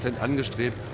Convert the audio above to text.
angestrebt